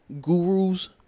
gurus